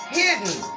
hidden